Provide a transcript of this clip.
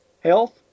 health